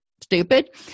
stupid